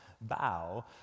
bow